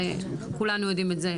הרי כולנו יודעים את זה.